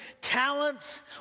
talents